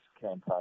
campaign